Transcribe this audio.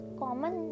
common